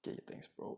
K thanks bro